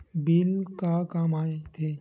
Bill का काम आ थे?